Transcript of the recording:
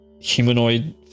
humanoid